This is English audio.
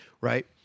Right